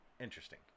interesting